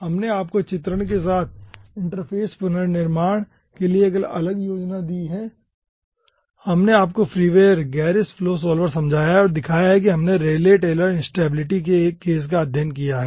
हमने आपको चित्रण के साथ इंटरफेस पुनर्निर्माण के लिए एक अलग योजना दी है हमने आपको फ्रीवेयर गेरिस फ्लो सॉल्वर समझाया और दिखाया भी है और हमने रेले टेलर इंस्टेबिलिटी के एक केस का अध्ययन किया है